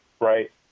Right